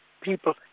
people